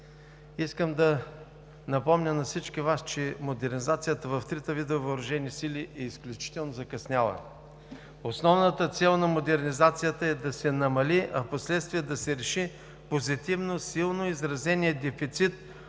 Искам да напомня на всички Вас, че модернизацията в трите вида въоръжени сили е изключително закъсняла. Основната цел на модернизацията е да се намали, а впоследствие да се реши позитивно силно изразеният дефицит